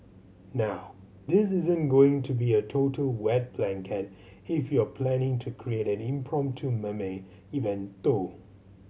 now this isn't going to be a total wet blanket if you're planning to create an impromptu meme event though